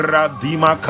Radima